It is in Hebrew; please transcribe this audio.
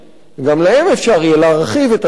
גם להם אפשר יהיה להרחיב את הדבר הזה,